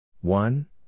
One